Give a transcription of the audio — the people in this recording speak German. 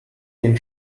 den